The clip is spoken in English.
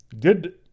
Good